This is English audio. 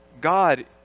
God